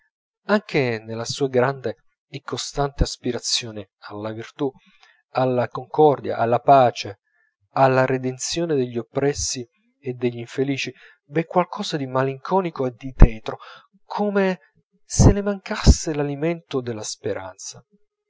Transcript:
anche nella sua grande e costante aspirazione alla virtù alla concordia alla pace alla redenzione degli oppressi e degli infelici v'è qualcosa di malinconico e di tetro come se le mancasse l'alimento della speranza